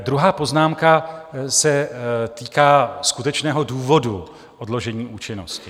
Druhá poznámka se týká skutečného důvodu odložení účinnosti.